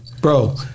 Bro